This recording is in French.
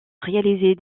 réaliser